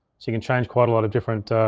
so you can change quite a lot of different